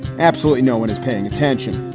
absolutely no one is paying attention.